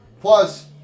Plus